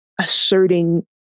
asserting